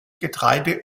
getreide